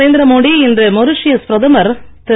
நரேந்திர மோடி இன்று மொரிசியஸ் பிரதமர் திரு